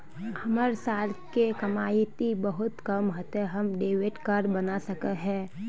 हमर साल के कमाई ते बहुत कम है ते हम डेबिट कार्ड बना सके हिये?